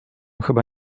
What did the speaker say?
chyba